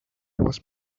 was